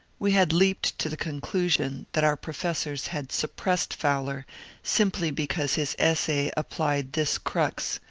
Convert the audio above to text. we had leaped to the conclusion that our professors had suppressed fowler simply because his essay applied this crux,